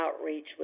outreach